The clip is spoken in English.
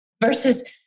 versus